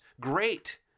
great